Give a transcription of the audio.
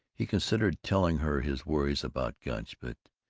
he considered telling her his worries about gunch, but oh,